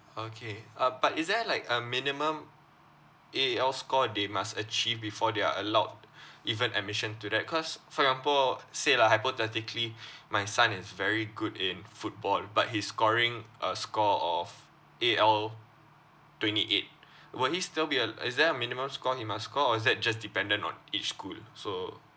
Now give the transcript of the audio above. okay uh but is there like a minimum A_L score they must achieve before they are allowed even admission to that cause for example say lah hypothetically my son is very good in football but he's scoring a score of A_L twenty eight will he still be al~ is there a minimum score he must score or is that just dependent on each school so